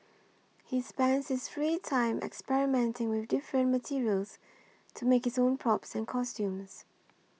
he spends his free time experimenting with different materials to make his own props and costumes